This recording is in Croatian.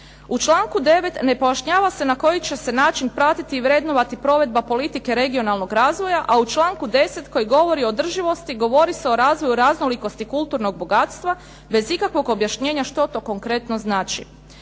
U članku 9. ne pojašnjava se na koji će se način pratiti i vrednovati provedba politike regionalnog razvoja, a u članku 10. koji govori o održivosti, govori se o razvoju raznolikosti kulturnog bogatstva, bez ikakvog objašnjenja što to konkretno znači.